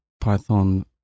Python